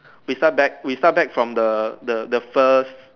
we start back we start back from the the the first